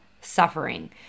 suffering